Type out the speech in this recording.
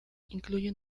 incluye